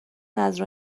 نذر